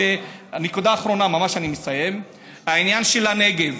הנקודה האחרונה ממש, ואני מסיים, העניין של הנגב,